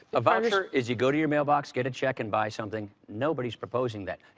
a voucher is you go to your mailbox, get a check and buy something. nobody's proposing that.